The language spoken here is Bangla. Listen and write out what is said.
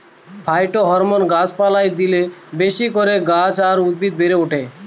ফাইটোহরমোন গাছ পালায় দিলে বেশি করে গাছ আর উদ্ভিদ বেড়ে ওঠে